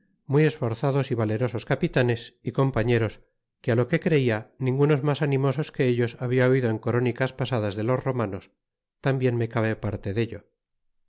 muy esforzados y valerosos capitanes y compañeros que lo que creia ningunos mas animosos que ellos habla oido en corónicas pasadas de los romanos tambien me cabe parte dello